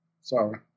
Sorry